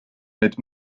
nüüd